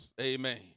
Amen